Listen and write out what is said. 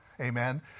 Amen